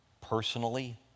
personally